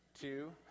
two